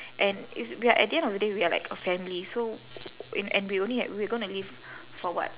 and it's we are at the end of the day we are like a family so in and we only h~ we're gonna live for what